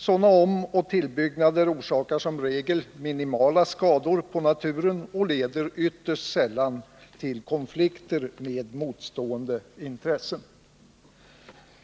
Sådana omoch tillbyggnader orsakar som regel minimala skador på naturen och leder ytterst sällan till konflikter med motstående intressen.